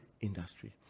industry